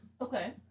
okay